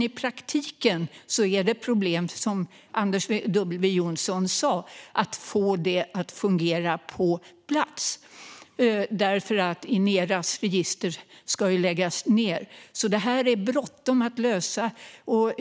I praktiken är det ett problem, som Anders W Jonsson sa, att få det att fungera på plats, eftersom Ineras register ska läggas ned. Det är bråttom att lösa det här.